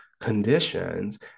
conditions